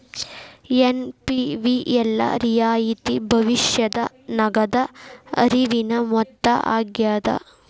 NPV ಎಲ್ಲಾ ರಿಯಾಯಿತಿ ಭವಿಷ್ಯದ ನಗದ ಹರಿವಿನ ಮೊತ್ತ ಆಗ್ಯಾದ